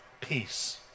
Peace